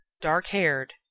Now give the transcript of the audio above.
dark-haired